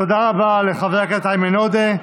תודה רבה לחבר הכנסת איימן עודה.